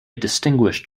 distinguished